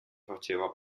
faceva